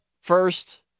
first